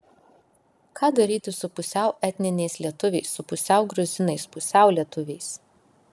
ką daryti su pusiau etniniais lietuviais su pusiau gruzinais pusiau lietuviais